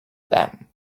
them